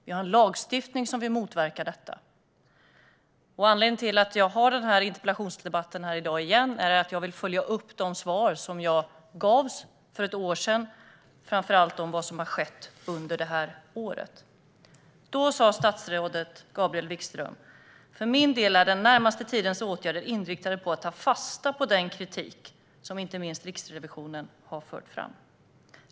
Vi har en lagstiftning som vill motverka detta, och anledningen till att jag har den här interpellationsdebatten i dag igen är att jag vill följa upp de svar som jag gavs för ett år sedan, framför allt om vad som har skett under det här året. Då sa statsrådet Gabriel Wikström: "För min del är den närmaste tidens åtgärder inriktade på att ta fasta på den kritik som inte minst Riksrevisionen har haft."